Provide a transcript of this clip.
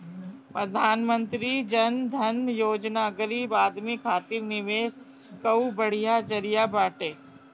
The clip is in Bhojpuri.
प्रधानमंत्री जन धन योजना गरीब आदमी खातिर निवेश कअ बढ़िया जरिया बाटे